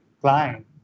client